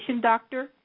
Doctor